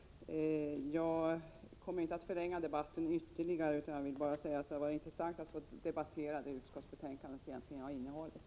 Jag vill inte förlänga debatten ytterligare, utan jag skall bara säga att det hade varit intressant att få debattera det som utskottsbetänkandet egentligen innehåller.